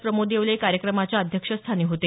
प्रमोद येवले कार्यक्रमाच्या अध्यक्षस्थानी होते